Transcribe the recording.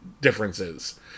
differences